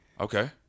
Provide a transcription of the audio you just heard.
Okay